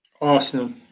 Arsenal